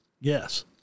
Yes